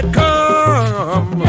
come